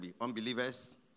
unbelievers